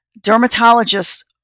dermatologists